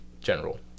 general